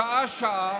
שעה-שעה,